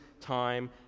time